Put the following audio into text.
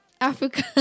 Africa